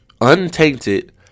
Untainted